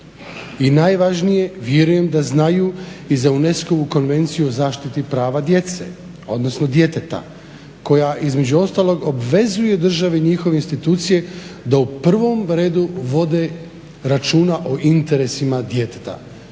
i najvažnije vjerujem da znaju i za UNESCO-vu konvenciju o zaštiti prava djece odnosno djeteta koja između ostalog obvezuje države i njihove institucije da u prvom redu vode računa o interesima djeteta.